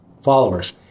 followers